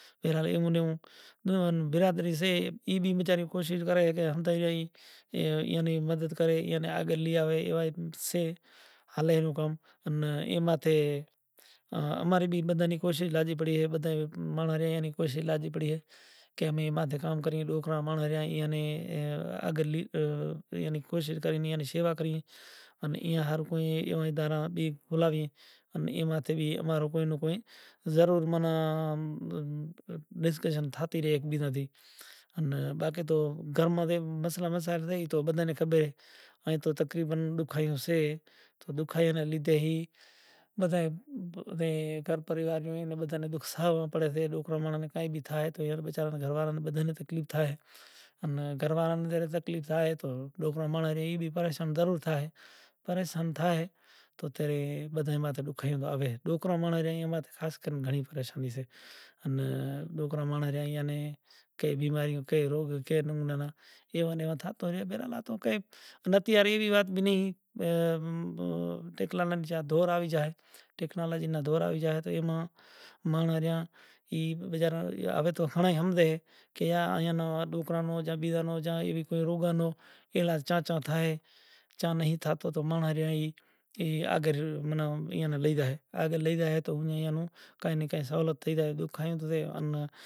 وشوا منتر کیدہو اے راجا ہریچند توں ہٹ کرے ہوے توں جلدی تھی ماں رے دکھشنڑا دے تو راجا ہریچند ہمزیا پوتا نیں کاڈھی انی دکھشنڑا لاوی ہالے سے ہے راجا ہریچند ماں رو مذاق ناں کر۔ ہے گردیو تمارو مذاق ہوں نئیں کروں، چم کہ وشوامنتر نوں کھری ریت خبر ہوئیسے کہ امیں ایک سو ایک کوڑیوں شے ریوں او بدہیوں کوڑیوں ٹھائے راکھیوں تو وشوامنتر کیدہو راجا ہریچند نو کہ توں ای چیز نی ٹھگی ناں کر کہے ناں گرو دیو اے ایک سو ایک کوڑیوں ہالے سے تو وشوامنتر زوئے سے کہ بدہیوں کوڑیوں سے، اے راجا ہریچند تو آز ماں رے کن ہانی کری سے ان توں موں نے کوڑو دان کرے رو سو۔ تو وشوامنتر پوتانوں راجاہریچند نوں پوتانوں زبان ہوئیسے کہ اے گرو دیو اے دہاڑو ماں کجھ سمو باقی سے زے ناں انوسار آز ماں رو تماں سیں وچن سے ای وچن میں ہوں اوس پورو کریش۔ راجا ہریچند شوں کرے سے اے گرو دیو بس چند سمو آز ماں رو وچن سے ای اوس ہوں پورو کریش، راجا ہریچند کاشی نے گھاٹ ماہ